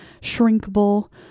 shrinkable